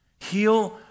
Heal